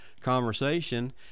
conversation